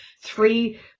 three